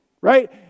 Right